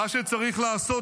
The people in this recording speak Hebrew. מה שצריך לעשות,